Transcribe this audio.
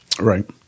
Right